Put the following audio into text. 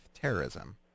terrorism